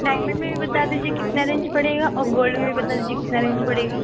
diamond में भी बता दीजिए कितना रेंज पड़ेगा और गोल्ड में भी बता दीजिए कितना रेंज पड़ेगा